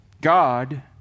God